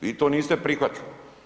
Vi to niste prihvatili.